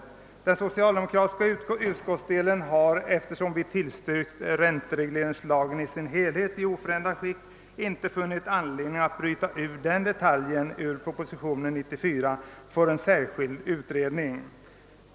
Den socialdemokratiska utskottsdelen har, eftersom vi tillstyrkt ränteregleringslagen i dess helhet i oförändrat skick, inte funnit anledning att bryta ut denna detalj ur proposition nr 94 för en särskild utredning.